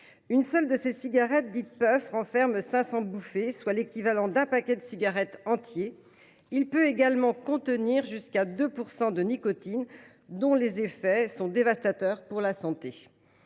une porte d’entrée idéale. Une seule puff renferme 500 bouffées, soit l’équivalent d’un paquet de cigarettes entier. Il peut également contenir jusqu’à 2 % de nicotine, dont les effets sont dévastateurs pour la santé